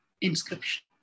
inscription